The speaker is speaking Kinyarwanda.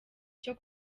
cyo